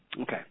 Okay